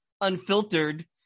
Unfiltered